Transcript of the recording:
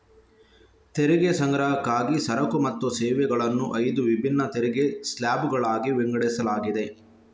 ತೆರಿಗೆ ಸಂಗ್ರಹಕ್ಕಾಗಿ ಸರಕು ಮತ್ತು ಸೇವೆಗಳನ್ನು ಐದು ವಿಭಿನ್ನ ತೆರಿಗೆ ಸ್ಲ್ಯಾಬುಗಳಾಗಿ ವಿಂಗಡಿಸಲಾಗಿದೆ